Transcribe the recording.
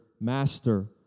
Master